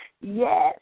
yes